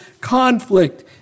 conflict